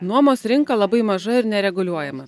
nuomos rinka labai maža ir nereguliuojama